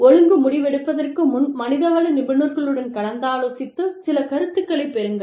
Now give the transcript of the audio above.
ஒழுங்கு முடிவெடுப்பதற்கு முன் மனிதவள நிபுணர்களுடன் கலந்தாலோசித்து சில கருத்துகளைப் பெறுங்கள்